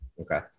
okay